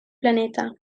planeta